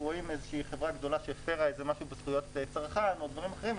רואים איזושהי חברה גדולה שהפרה משהו בזכויות צרכן או דברים אחרים,